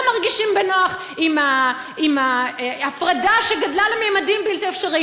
לא מרגישים בנוח עם ההפרדה שגדלה לממדים בלתי אפשריים,